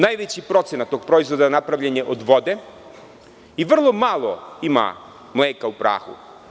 Najveći procenat tog proizvoda napravljen je od vode i vrlo malo ima mleka u prahu.